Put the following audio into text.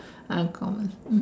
uncommon